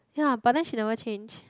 ya but then she never change